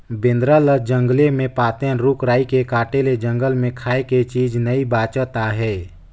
बेंदरा ल जंगले मे पातेन, रूख राई के काटे ले जंगल मे खाए के चीज नइ बाचत आहे